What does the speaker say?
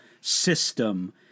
system